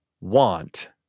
want